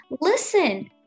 listen